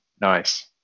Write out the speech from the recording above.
Nice